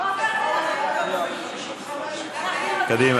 רוצים לשמוע, קדימה.